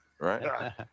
right